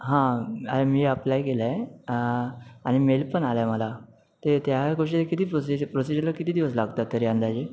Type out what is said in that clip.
हां मी अप्लाय केलंय आनि मेल पन आलाय मला ते त्या गोष्टी किती प्रोसीज प्रोसीजरला किती दिवस लागतात तरी अंदाजे